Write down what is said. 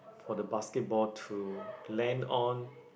for the basketball to land on